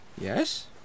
yes